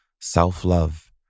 self-love